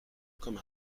comme